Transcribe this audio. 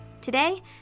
Today